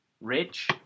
Rich